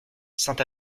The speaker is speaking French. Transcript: saint